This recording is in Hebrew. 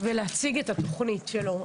הוא צריך היה להגיע ולהציג את התוכנית האסטרטגית.